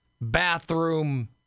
bathroom